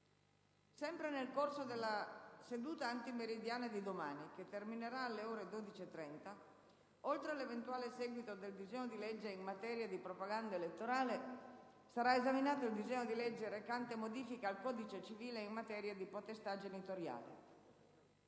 Sempre nel corso della seduta antimeridiana di domani, che terminerà alle ore 12,30, oltre all'eventuale seguito del disegno di legge in materia di propaganda elettorale, sarà esaminato il disegno di legge recante modifiche al codice civile in materia di potestà genitoriale.